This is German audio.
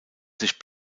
sich